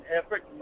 effort